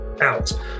out